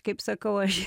kaip sakau aš